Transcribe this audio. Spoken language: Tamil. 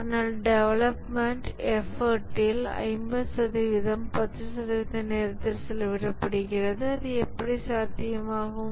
ஆனால் டெவலப்மெண்ட் எஃபர்ட் இல் 50 சதவிகிதம் 10 சதவிகித நேரத்தில் செலவிடப்படுகிறது அது எப்படி சாத்தியமாகும்